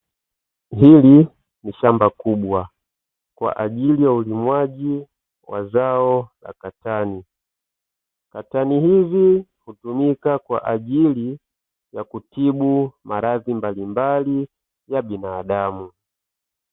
Hili ni shamba kubwa kwa ajili ya ulimwaji wa zao la katani, katani hizi hutumika kwa ajili ya kutibu maradhi mbalimbali ya binadamu.